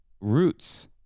roots